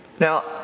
Now